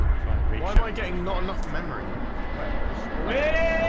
finery am i getting not enough memory where those